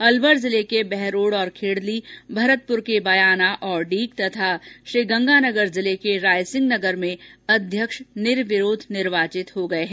अलवर जिले के बहरोड़ तथा खेड़ली भरतपुर के बयाना तथा डीग और गंगानगर जिले के रायसिंहनगर में अध्यक्ष निर्विरोध निर्वाचित हो गये हैं